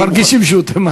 מרגישים שהוא תימני.